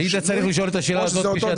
או שזה אותו דבר?